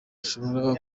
ushobora